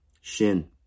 Shin